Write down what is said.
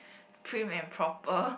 prim and proper